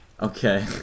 Okay